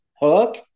Hook